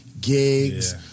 gigs